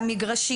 למגרשים.